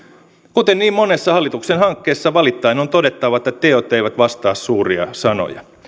kuten niin monessa hallituksen hankkeessa valittaen on todettava että teot eivät vastaa suuria sanoja